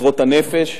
אוצרות הנפש,